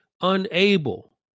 unable